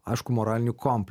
aiškų moralinį komp